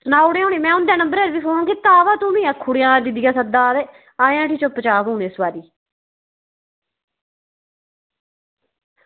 सनाई ओड़ेआ उनेंगी में बी कीते दा हा ते तुम्मी आक्खेआं कि दीदियै सद्दे दा ते आई ओड़ेआं चुप्प चाप इस बारी